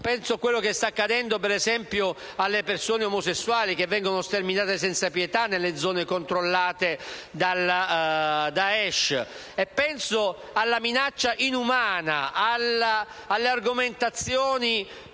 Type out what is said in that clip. penso a quello che sta accadendo ad esempio alle persone omosessuali, sterminate senza pietà nelle zone controllate dal *Daesh*; penso alla minaccia inumana, alle argomentazioni